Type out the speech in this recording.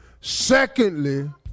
Secondly